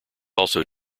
also